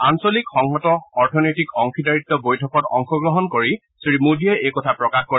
আঞ্চলিক সংহত অৰ্থনৈতিক অংশীদাৰিত্ব বৈঠকত অংশগ্ৰহণ কৰি শ্ৰী মোদীয়ে এই কথা প্ৰকাশ কৰে